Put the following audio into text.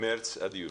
ממרץ עד יולי.